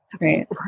Right